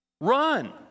Run